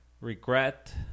regret